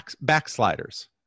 backsliders